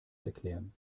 erklären